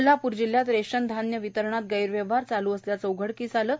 कोल्हापूर जिल्ह्यात रेशन धान्य वितरणात गैरव्यवहार चालू असल्याचे उघडकीस आले आहे